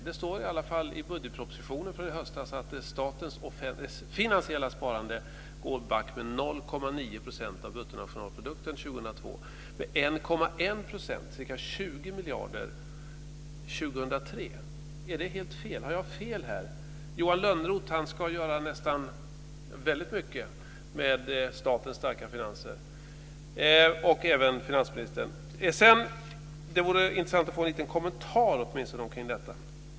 Det står i alla fall i budgetpropositionen från i höstas att statens finansiella sparande går back med 0,9 % av bruttonationalprodukten 2002 och med 1,1 %, ca 20 miljarder, 2003. Är det helt fel? Har jag fel här? Johan Lönnroth ska göra väldigt mycket med statens starka finanser, och även finansministern. Det vore intressant att få en liten kommentar omkring detta.